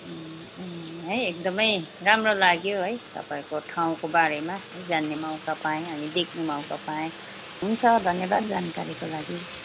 है एकदमै राम्रो लाग्यो है तपाईँहरूको गाउँको बारेमा जान्ने मौका पाएँ अनि देख्ने मौका पाएँ हुन्छ धन्यवाद जानकारीको लागि